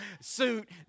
suit